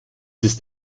ist